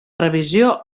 revisió